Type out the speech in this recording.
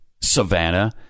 Savannah